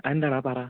എന്താടാ പറ